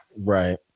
Right